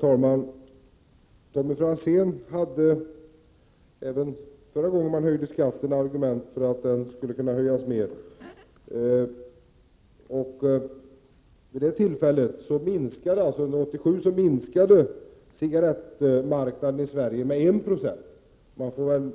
Herr talman! Förra gången som denna skatt höjdes var 1987, och även då argumenterade Tommy Franzén för att denna höjning skulle vara större. Efter den höjningen minskade cigarettmarknaden i Sverige med 1 96. Man får väl